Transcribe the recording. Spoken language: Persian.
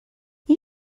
این